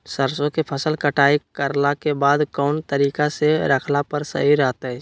सरसों के फसल कटाई करला के बाद कौन तरीका से रखला पर सही रहतय?